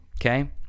Okay